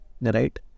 right